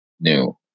new